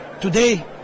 today